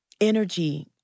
energy